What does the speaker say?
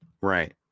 right